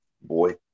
Boy